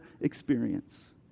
experience